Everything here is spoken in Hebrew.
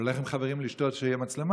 או שכשהוא הולך עם חברים לשתות תהיה לו מצלמה,